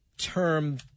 term